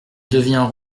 deviens